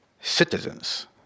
citizens